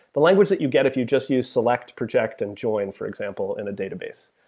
the language that you get if you just use select, project and join, for example, in a database.